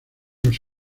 los